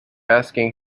asking